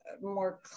more